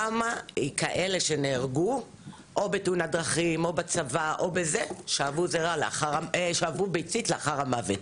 כמה כאלה שנהרגו או בתאונת דרכים או בצבא או בזה שאבו ביצית לאחר המוות?